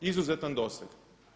Izuzetan doseg!